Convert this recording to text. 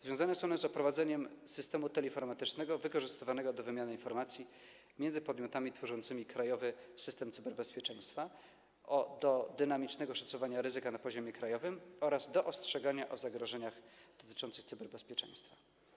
Związane są one z prowadzeniem systemu teleinformatycznego wykorzystywanego do wymiany informacji między podmiotami tworzącymi krajowy system cyberbezpieczeństwa, do dynamicznego szacowania ryzyka na poziomie krajowym oraz do ostrzegania o zagrożeniach dotyczących cyberbezpieczeństwa.